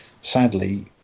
sadly